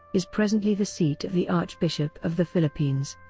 is presently the seat of the archbishop of the philippines.